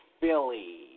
Philly